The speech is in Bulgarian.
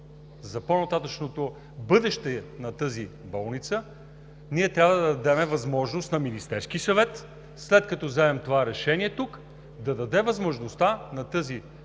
за по-нататъшното бъдеще на тази болница, ние трябва да дадем възможност на Министерския съвет, след като вземем това решение тук, да дадем възможност на тази